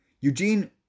Eugene